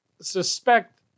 suspect